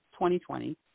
2020